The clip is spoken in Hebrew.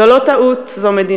זו לא טעות, זו מדיניות